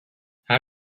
how